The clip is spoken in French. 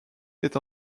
est